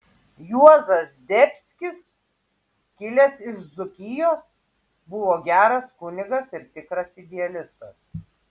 juozas zdebskis kilęs iš dzūkijos buvo geras kunigas ir tikras idealistas